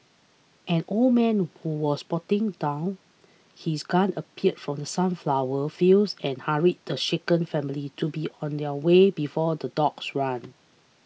an old man who was putting down his gun appeared from the sunflower fields and hurried the shaken family to be on their way before the dogs ran